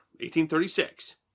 1836